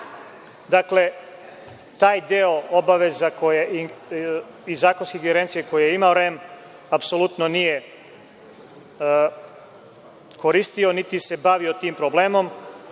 Dakle, taj deo obaveza i zakonskih ingerencija koje je imao, REM apsolutno nije koristio niti se bavio tim problemom,